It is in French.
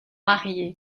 mariés